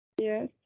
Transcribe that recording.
Yes